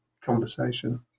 conversation